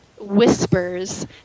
whispers